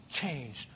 changed